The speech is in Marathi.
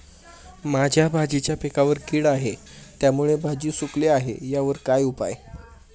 माझ्या भाजीच्या पिकावर कीड आहे त्यामुळे भाजी सुकली आहे यावर काय उपाय?